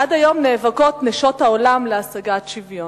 עד היום נאבקות נשות העולם להשגת שוויון.